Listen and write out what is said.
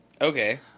Okay